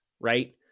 right